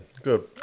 Good